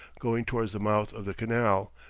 going towards the mouth of the canal,